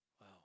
Wow